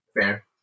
Fair